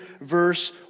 verse